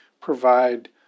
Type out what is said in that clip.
provide